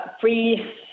free